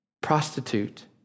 prostitute